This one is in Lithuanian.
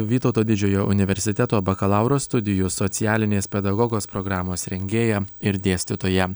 vytauto didžiojo universiteto bakalauro studijų socialinės pedagogos programos rengėja ir dėstytoja